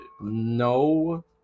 No